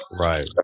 Right